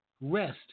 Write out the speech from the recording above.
rest